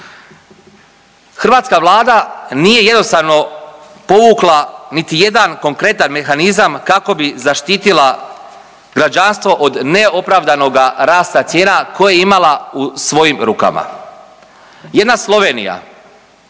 Hrvatska Vlada nije jednostavno povukla niti jedan konkretan mehanizam kako bi zaštitila građanstvo od neopravdanog rasta cijena koji je imala u svojim rukama. Jedna Slovenija